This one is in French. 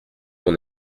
mon